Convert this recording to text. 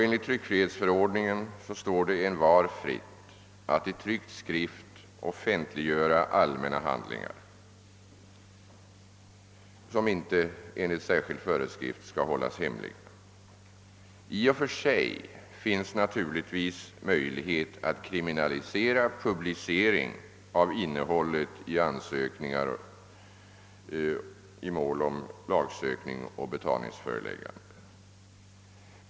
Enligt tryckfrihetsförordningen står det envar fritt att i tryckt skrift offentliggöra allmänna handlingar som inte enligt särskild föreskrift skall hållas hemliga. I och för sig finns naturligtvis möjligheten att kriminalisera publicering av innehållet i ansökningar i mål om lagsökning och betalningsföreläggande.